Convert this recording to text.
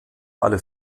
alle